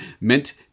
meant